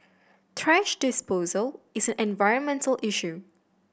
thrash disposal is an environmental issue